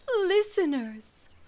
listeners